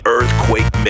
Earthquake